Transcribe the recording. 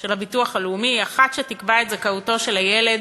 של הביטוח הלאומי: אחת שתקבע את זכאותו של הילד